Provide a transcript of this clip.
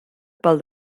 pel